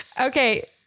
Okay